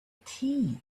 tea